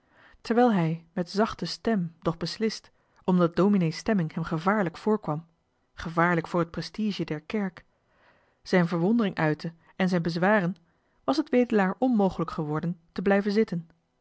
terwijl hij met zachte stem doch beslist omdat dominee's stemming hem gevaarlijk voorkwam gevaarlijk voor het prestige der kerk zijn verwondering uitte en zijn bezwaren was het wedelaar onmogelijk geworden te blijven zitten